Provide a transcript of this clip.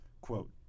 quote